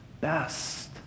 best